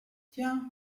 tiens